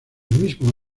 mismo